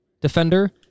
defender